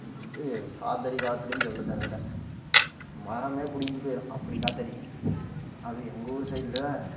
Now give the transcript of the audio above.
இது காற்று காலத்திலேயும் சொல்ல தேவையில்ல மரம் புடிங்கிட்டு போயிடும் அப்படி காற்று அடிக்கும் அதுவும் எங்கள் ஊர் சைடில்